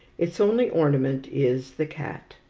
its only ornament is the cat,